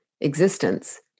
existence